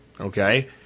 okay